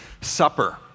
Supper